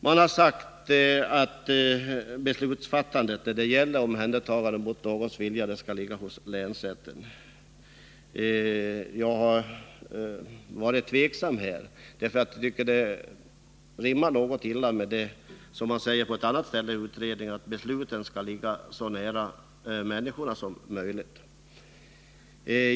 Det har sagts att beslutsrätten när det gäller omhändertagande mot någons vilja skall ligga hos länsrätten. Själv är jag tveksam på den punkten. Förslaget rimmar illa med vad som sägs på ett annat ställe i utredningen, att besluten skall ligga så nära människorna som möjligt.